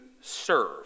serve